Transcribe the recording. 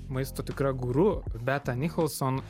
maisto tikra guru beata nikolson